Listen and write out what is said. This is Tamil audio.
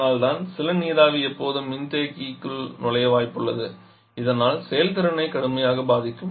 அதனால்தான் சில நீராவி எப்போதும் மின்தேக்கியில் நுழைய வாய்ப்புள்ளது இதனால் செயல்திறனை கடுமையாக பாதிக்கும்